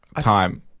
Time